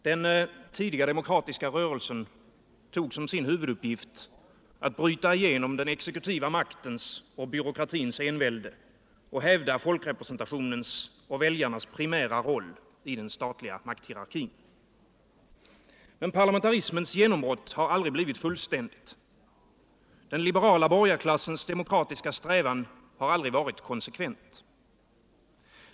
Herr talman! Den tidiga demokratiska rörelsen tog som sin huvuduppgift att bryta igenom den exekutiva maktens och byråkratins envälde och hävda folkrepresentationens och väljarnas primära roll i den statliga makthierarkin. Men parlamentarismens genombrott har aldrig blivit fullständigt. Den liberala borgarklassens demokratiska strävan har aldrig varit konsekvent.